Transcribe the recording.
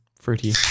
Fruity